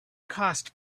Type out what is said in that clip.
cost